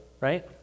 right